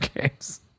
games